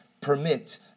permit